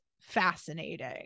fascinating